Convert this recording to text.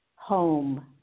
Home